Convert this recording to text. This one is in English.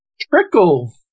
trickle